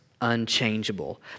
unchangeable